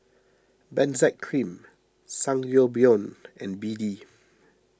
Benzac Cream Sangobion and B D